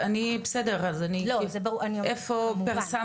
אני בסדר, אני שואלת איפה פרסמתם?